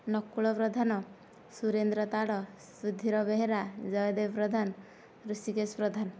Nakul Pradhan Surendra Tad Sudhir Behera Jaydev Pradhan Hrushikesh Pradhan